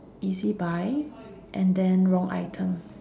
EZ buy and then wrong item